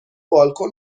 بالکن